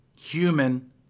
human